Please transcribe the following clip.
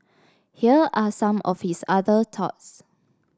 here are some of his other thoughts